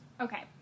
okay